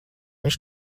viņš